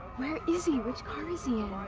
where is he, which car is he in?